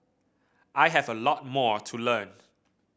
I have a lot more to learn